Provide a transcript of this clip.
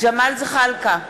ג'מאל זחאלקה,